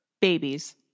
Babies